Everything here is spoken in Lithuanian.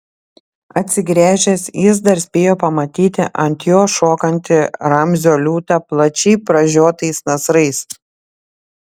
atsigręžęs jis dar spėjo pamatyti ant jo šokantį ramzio liūtą plačiai pražiotais nasrais